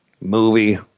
movie